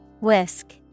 Whisk